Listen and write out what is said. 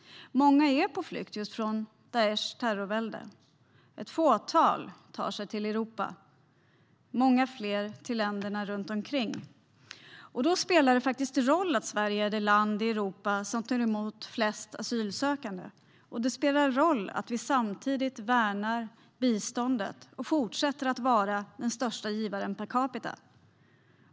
Många flyr just från Daishs terrorvälde. Det är bara ett fåtal som tar sig till Europa, men det är många fler som tar sig till länderna runt omkring. Då spelar det roll att Sverige är det land i Europa som tar emot flest asylsökande. Det spelar också en roll att vi samtidigt värnar biståndet och fortsätter att vara den största givaren per capita.